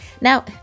Now